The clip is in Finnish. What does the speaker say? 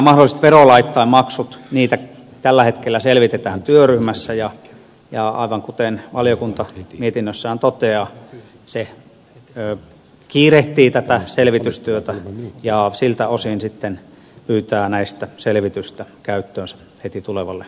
mahdollisia verolakeja tai maksuja selvitetään tällä hetkellä työryhmässä ja aivan kuten valiokunta mietinnössään toteaa se kiirehtii tätä selvitystyötä ja pyytää siltä osin selvitystä käyttöönsä heti tulevalle vaalikaudelle